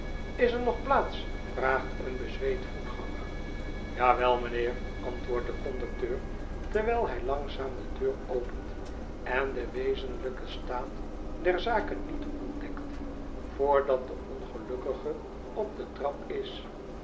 is er nog plaats vraagt een bezweet voetganger ja wel mijnheer antwoordt de conducteur terwijl hij langzaam de deur opent en den wezenlijken staat der zaken niet ontdekt voordat de ongelukkige op de trap is